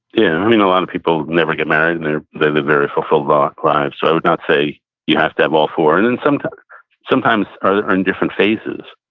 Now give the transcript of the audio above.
yeah, i mean a lot of people never get married, and they live very fulfilled ah lives, so i would not say you have to have all four, and and sometimes sometimes are in different phases.